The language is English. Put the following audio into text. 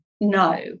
no